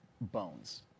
bones